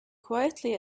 quietly